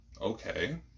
Okay